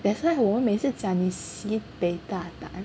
that's why 我们每次讲你 sibei 大胆